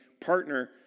partner